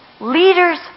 leaders